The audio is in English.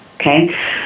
okay